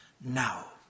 now